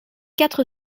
quatre